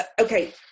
okay